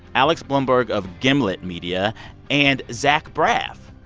alex blumberg of gimlet media and zach braff.